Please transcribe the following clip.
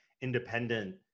independent